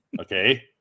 Okay